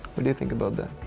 what do you think about that?